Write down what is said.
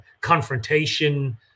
confrontation